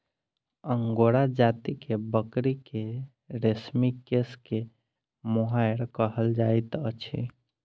angora जाति के बकरी के रेशमी केश के मोहैर कहल जाइत अछि